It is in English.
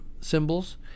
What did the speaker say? symbols